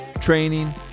training